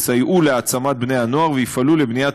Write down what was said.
יסייעו להעצמת בני-הנוער ויפעלו לבניית